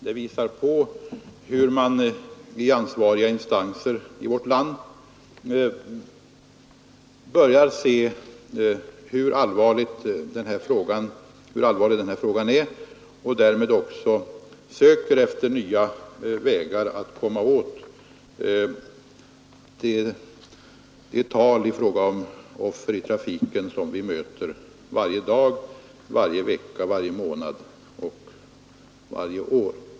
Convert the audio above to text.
Det visar att ansvariga instanser i vårt land börjar se hur allvarlig den här frågan är och därmed också söker efter nya vägar att komma till rätta med de siffror för offer i trafiken som vi möter varje dag, varje vecka, varje månad och varje år.